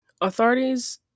Authorities